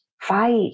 fight